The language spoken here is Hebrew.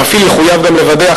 המפעיל יחויב גם לוודא,